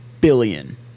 billion